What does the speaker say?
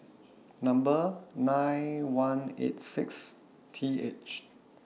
Number nine one eight six T H